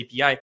API